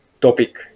topic